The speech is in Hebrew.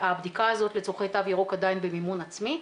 הבדיקה הזאת לצרכי תו ירוק עדיין במימון עצמי.